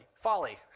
Folly